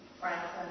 Franklin